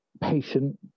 patient